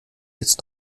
jetzt